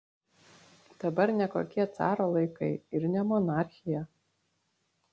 dabar ne kokie caro laikai ir ne monarchija